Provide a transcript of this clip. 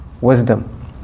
wisdom